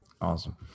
Awesome